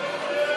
מסדר-היום